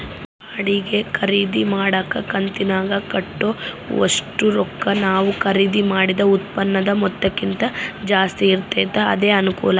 ಬಾಡಿಗೆ ಖರೀದಿನ ಮಾಡಕ ಕಂತಿನಾಗ ಕಟ್ಟೋ ಒಷ್ಟು ರೊಕ್ಕ ನಾವು ಖರೀದಿ ಮಾಡಿದ ಉತ್ಪನ್ನುದ ಮೊತ್ತಕ್ಕಿಂತ ಜಾಸ್ತಿ ಇರ್ತತೆ ಅದೇ ಅನಾನುಕೂಲ